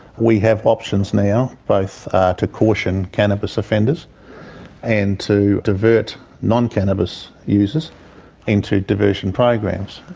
we have options now, both to caution cannabis offenders and to divert non-cannabis users into diversion programs.